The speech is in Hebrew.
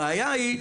הבעיה היא,